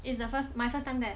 it's the first my first time there